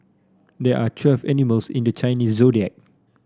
there are twelve animals in the Chinese Zodiac